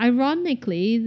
Ironically